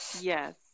Yes